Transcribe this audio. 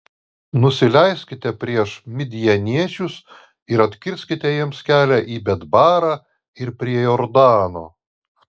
nusileiskite prieš midjaniečius ir atkirskite jiems kelią į betbarą ir prie jordano